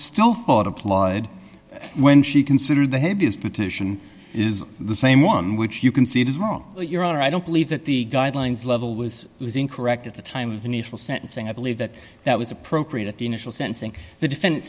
still thought applaud when she considered the heaviest petition is the same one which you can see it is wrong your honor i don't believe that the guidelines level was was incorrect at the time of initial sentencing i believe that that was appropriate at the initial sensing the defen